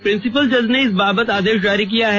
principal जज ने इस बाबत आदेश जारी किया है